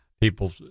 people